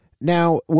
Now